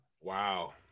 wow